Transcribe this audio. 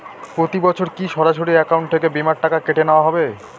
প্রতি বছর কি সরাসরি অ্যাকাউন্ট থেকে বীমার টাকা কেটে নেওয়া হবে?